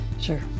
Sure